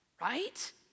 Right